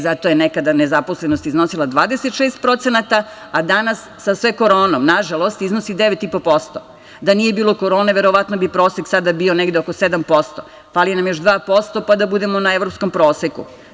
Zato je nekada nezaposlenost iznosila 26%, a danas sa sve koronom, nažalost iznosi 9,5%, da nije bilo korone verovatno bi prosek sada bio negde oko 7%, fali nam još 2%, pa da budemo na evropskom proseku.